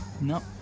no